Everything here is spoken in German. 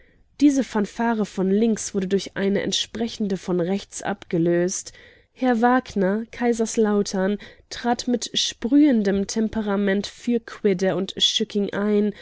diese fanfare von links wurde durch eine entsprechende von rechts abgelöst herr wagner kaiserslautern trat mit sprühendem temperament für quidde und schücking ein